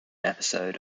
episode